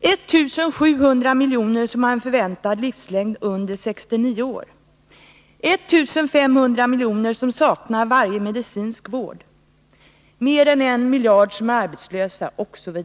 1700 miljoner har en förväntad livslängd under 69 år, 1 500 miljoner saknar varje medicinsk vård, mer än 1 miljard är arbetslösa, osv.